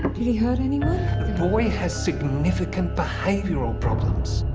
did he hurt anyone? the boy has significant behavioral problems.